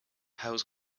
house